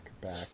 back